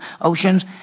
oceans